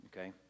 okay